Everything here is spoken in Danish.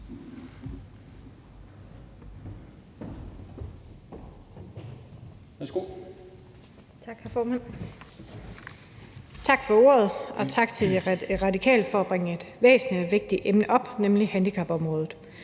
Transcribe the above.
tak for ordet, og tak til De Radikale for at bringe et væsentligt og vigtigt emne op, nemlig handicapområdet